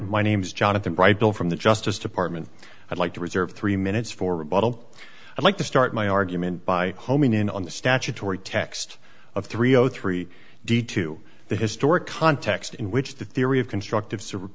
my name is jonathan right bill from the justice department i'd like to reserve three minutes for rebuttal i'd like to start my argument by homing in on the statutory text of three o three d to the historic context in which the theory of constructive s